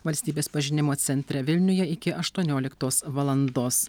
valstybės pažinimo centre vilniuje iki aštuonioliktos valandos